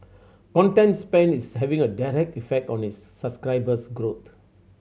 content spend is having a direct effect on its subscriber growth